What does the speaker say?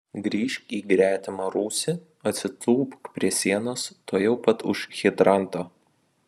grįžk į gretimą rūsį atsitūpk prie sienos tuojau pat už hidranto